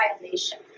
violation